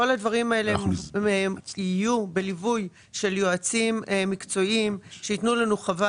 כל הדברים האלה יהיו בליווי של יועצים מקצועיים שייתנו לנו חוות